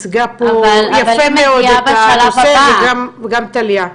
ייצגה פה יפה מאוד את הנושא, וגם טליה.